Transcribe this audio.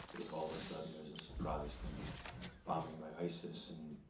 if all of a sudden there's a surprise kind of bombing by isis, and